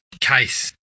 case